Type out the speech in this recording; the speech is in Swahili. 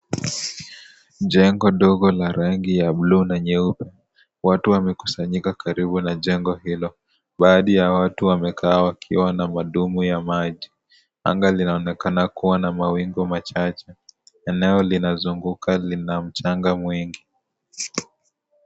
Jengo dogo la rangi ya bulu na nyeupe, watu wamekusanyika karibu na jengo hilo, baadhi ya watu wamekaa wakiwa na madumu ya maji, anaga linaonekana kuwa na mawingu machache, eneo linazunguka lina mchanga mwingi.